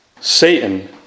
Satan